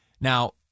Now